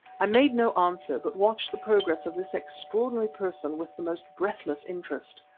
i made no answer, but watched the progress of this extraordinary person with the most breathless interest.